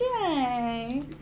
okay